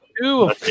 Two